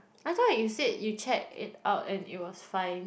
I thought you said you check it out and it was fine